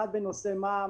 אחת, בנושא מע"מ